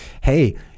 hey